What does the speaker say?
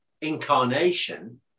incarnation